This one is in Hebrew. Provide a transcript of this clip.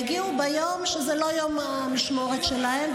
והגיעו ביום שהוא לא יום המשמורת שלהם,